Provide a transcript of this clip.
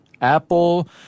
Apple